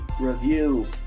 Review